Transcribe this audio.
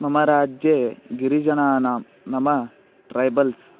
मम राज्ये गिरिजनानां नम ट्रैबल्स्